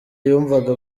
yumvaga